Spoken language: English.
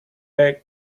egg